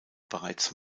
bereits